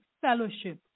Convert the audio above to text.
fellowship